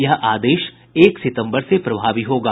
यह आदेश एक सितम्बर से प्रभावी होगा